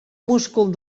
múscul